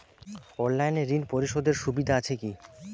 অনলাইনে ঋণ পরিশধের সুবিধা আছে কি?